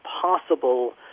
possible